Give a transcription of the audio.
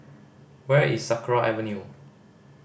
where is Sakra Avenue